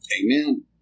Amen